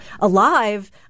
alive